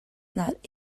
not